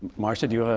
marsha, do you ah